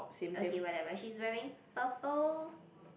okay whatever she's wearing purple